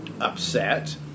upset